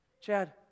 Chad